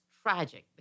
Tragic